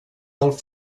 del